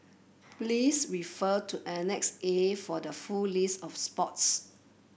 please refer to Annex A for the full list of sports